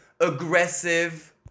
aggressive